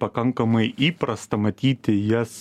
pasidarė pakankamai įprasta matyti jas